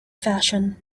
fashion